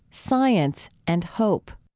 science and hope.